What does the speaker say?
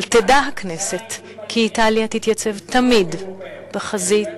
אבל תדע הכנסת כי איטליה תתייצב תמיד בחזית